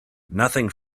nothing